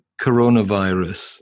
coronavirus